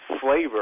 flavor